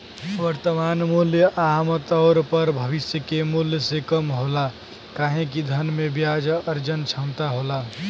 वर्तमान मूल्य आमतौर पर भविष्य के मूल्य से कम होला काहे कि धन में ब्याज अर्जन क्षमता होला